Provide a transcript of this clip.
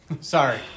Sorry